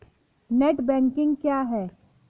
Net banking क्या है?